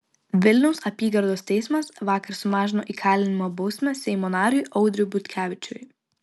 vilniaus apygardos teismas vakar sumažino įkalinimo bausmę seimo nariui audriui butkevičiui